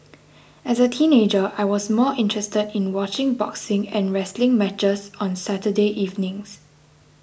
as a teenager I was more interested in watching boxing and wrestling matches on Saturday evenings